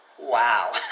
Wow